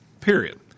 period